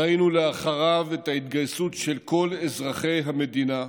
ראינו אחריו את ההתגייסות של כל אזרחי המדינה,